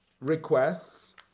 requests